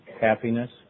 happiness